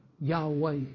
Yahweh